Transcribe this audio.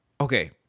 Okay